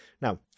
Now